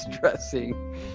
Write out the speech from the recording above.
dressing